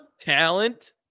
Talent